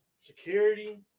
security